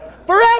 forever